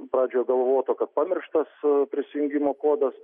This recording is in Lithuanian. pradžioje galvota kad pamirštas prisijungimo kodas